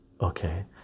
okay